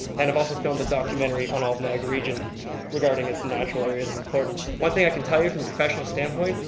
and i've also filmed a documentary on all of niagara region regarding its natural areas of importance. one thing i can tell you from a professional standpoint,